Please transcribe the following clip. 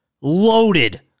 loaded